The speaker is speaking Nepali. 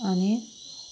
अनि